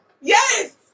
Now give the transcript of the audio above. Yes